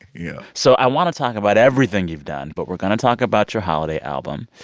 yeah so i want to talk about everything you've done, but we're going to talk about your holiday album.